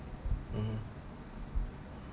mmhmm